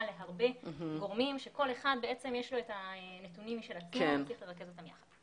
להרבה גורמים כשלכל אחד יש נתונים משלו והיה צריך לרכז אותם יחד.